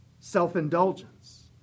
Self-indulgence